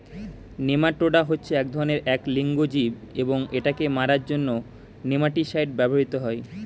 nematoda হচ্ছে এক ধরণের এক লিঙ্গ জীব এবং এটাকে মারার জন্য নেমাটিসাইড ব্যবহৃত হয়